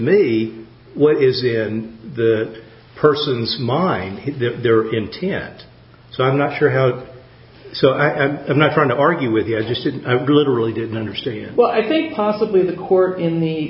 me what is in that person's mind their intent so i'm not sure how so and i'm not trying to argue with you i just didn't literally didn't understand it well i think possibly the court in the